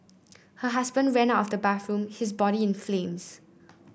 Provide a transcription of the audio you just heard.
her husband ran out of the bathroom his body in flames